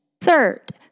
Third